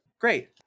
Great